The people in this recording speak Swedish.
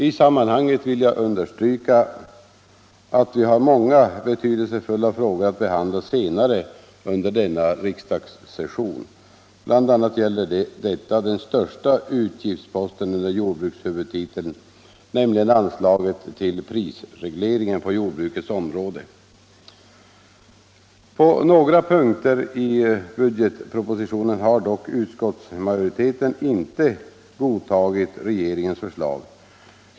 I sammanhanget vill jag understryka att vi har många betydelsefulla frågor att behandla senare under denna riksdagssession. BI. a. gäller detta den största utgiftsposten under jordbrukshuvudtiteln, nämligen anslaget till prisregleringen på jordbrukets område. På några punkter i budgetpropositionen har dock utskottsmajoriteten inte godtagit regeringens förslag.